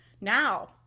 now